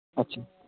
अच्छा